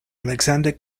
alexander